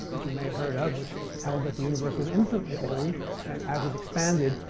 which you may have heard of, which held that the universe was infinitely old and as it expanded,